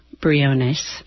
Briones